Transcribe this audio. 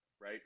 right